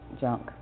junk